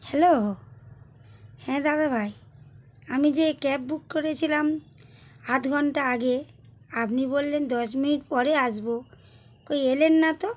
hello হ্যাঁ দাদাভাই আমি যে ক্যাব বুক করেছিলাম আধঘণ্টা আগে আপনি বললেন দশ মিনিট পরে আসব কোই এলেন না তো